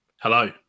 Hello